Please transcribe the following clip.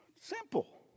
Simple